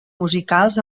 musicals